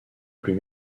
plus